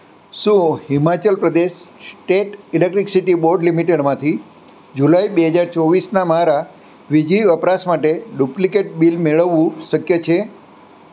શું Himachal Pradesh state electricity board લિમિટેડમાંથી જુલાઈ બે હજાર ચોવીસના મારા વીજળી વપરાશ માટે ડુપ્લિકેટ બિલ મેળવવું શક્ય છે